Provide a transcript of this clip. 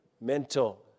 mental